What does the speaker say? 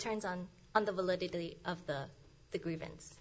turns on on the validity of the the grievance